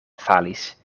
falis